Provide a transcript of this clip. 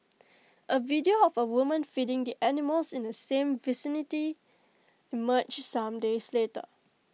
A video of A woman feeding the animals in the same vicinity emerged some days later